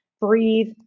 breathe